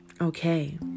Okay